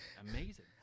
amazing